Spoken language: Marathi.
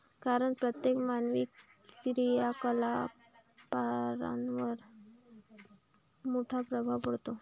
कारण प्रत्येक मानवी क्रियाकलापांवर मोठा प्रभाव पडतो